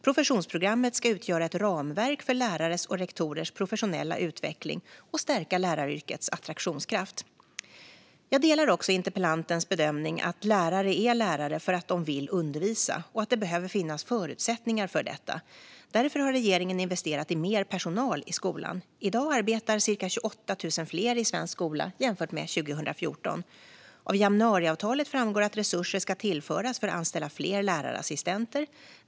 Professionsprogrammet ska utgöra ett ramverk för lärares och rektorers professionella utveckling och stärka läraryrkets attraktionskraft. Jag delar också interpellantens bedömning att lärare är lärare för att de vill undervisa, och att det behöver finnas förutsättningar för detta. Därför har regeringen investerat i mer personal i skolan. I dag arbetar ca 28 000 fler i svensk skola jämfört med 2014. Av januariavtalet framgår att resurser ska tillföras för att anställa fler lärarassistenter.